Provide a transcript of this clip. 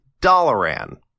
Dollaran